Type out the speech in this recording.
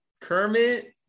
kermit